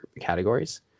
categories